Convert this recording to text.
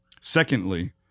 Secondly